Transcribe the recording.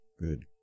Good